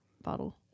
bottle